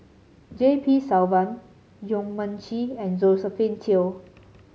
J P Selvam Yong Mun Chee and Josephine Teo